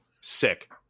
Sick